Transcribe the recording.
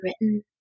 written